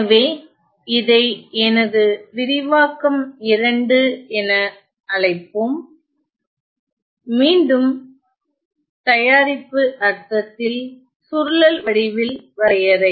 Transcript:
எனவே இதை எனது விரிவாக்கம் 2 என அழைப்போம் மீண்டும் தயாரிப்பு அர்த்தத்தில் சுருளல் வடிவில் வரையறை